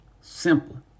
Simple